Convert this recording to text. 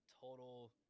total